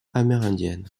amérindienne